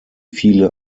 viele